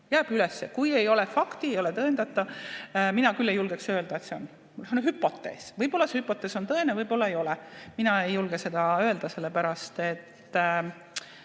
Jääb üles, kui ei ole fakte, ei ole tõendatav. Mina küll ei julgeks [muud] öelda. See on hüpotees. Võib-olla see hüpotees on tõene, võib-olla ei ole. Mina ei julge seda öelda, sellepärast et